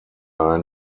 ein